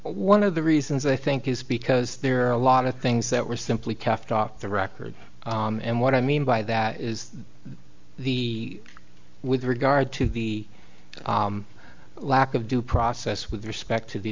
one of the reasons i think is because there are a lot of things that were simply kept off the record and what i mean by that is that the with regard to the lack of due process with respect to the